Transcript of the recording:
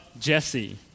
Jesse